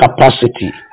capacity